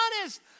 honest